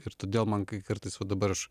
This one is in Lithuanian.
ir todėl man kai kartais va dabar aš